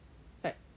like